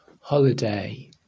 holiday